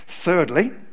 thirdly